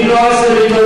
אני לא על זה מתלונן.